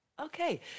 Okay